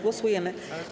Głosujemy.